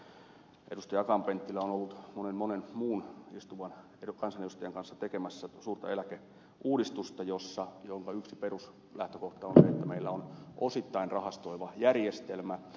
akaan penttilä on ollut monen monen muun istuvan kansanedustajan kanssa tekemässä suurta eläkeuudistusta jonka yksi peruslähtökohta on se että meillä on osittain rahastoiva järjestelmä